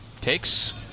Takes